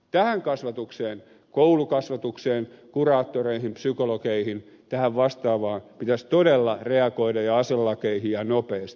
tähän kasvatukseen koulukasvatukseen kuraattoreihin psykologeihin vastaaviin ja aselakeihin pitäisi todella reagoida ja nopeasti